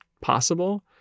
possible